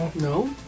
No